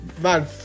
man